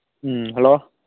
ꯎꯝ hello